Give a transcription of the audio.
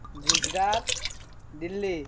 Gujarat Delhi